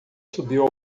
subiu